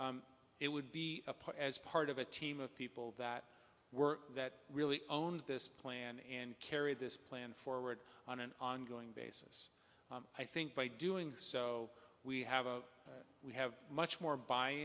it would be a part as part of a team of people that were that really owned this plan and carried this plan forward on an ongoing basis i think by doing so we have a we have much more b